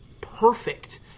perfect